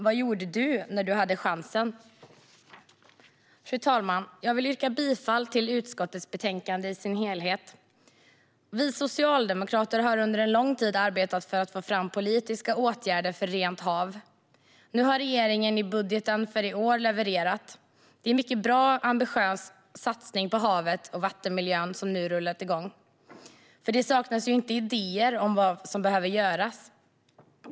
Vad gjorde du när du hade chansen? Fru talman! Jag vill yrka bifall till utskottets förslag till beslut. Vi socialdemokrater har under lång tid arbetat för att få fram politiska åtgärder för rent hav. Nu har regeringen i budgeten för i år levererat. Det är en mycket bra och ambitiös satsning på havet och vattenmiljön som nu rullat igång, för det saknas ju inte idéer om vad som behöver göras.